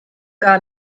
gar